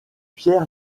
pierre